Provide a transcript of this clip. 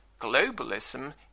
globalism